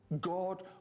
God